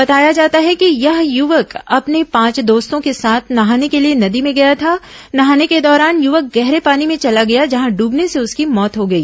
बताया जाता है कि यह युवक अपने पांच दोस्तों के साथ नहाने के लिए नदी में गया था नहाने के दौरान युवक गहरे पानी में चल गया जहां डूबने से उसकी मौत हो गई